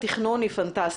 התכנון היא פנטסטית.